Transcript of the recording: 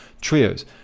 Trios